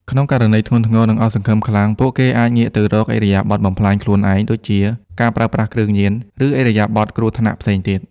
ក្នុងករណីធ្ងន់ធ្ងរ និងអស់សង្ឃឹមខ្លាំង ពួកគេអាចងាកទៅរកឥរិយាបថបំផ្លាញខ្លួនឯងដូចជា ការប្រើប្រាស់គ្រឿងញៀន ឬឥរិយាបថគ្រោះថ្នាក់ផ្សេងទៀត។